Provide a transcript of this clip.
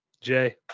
Jay